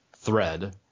thread